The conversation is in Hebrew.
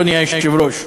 אדוני היושב-ראש,